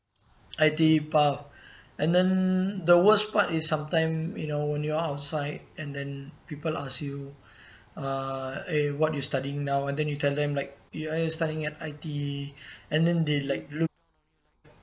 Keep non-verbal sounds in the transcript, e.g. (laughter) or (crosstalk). I_T_E path and then the worst part is sometime you know when you're outside and then people ask you (breath) uh eh what you studying now and then you tell them like you are studying at I_T_E and then they like look